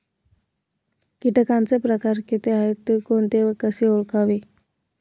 किटकांचे प्रकार किती आहेत, ते कोणते व कसे ओळखावे?